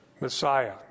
Messiah